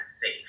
safe